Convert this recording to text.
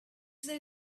there